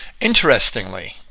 Interestingly